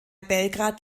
belgrad